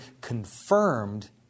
confirmed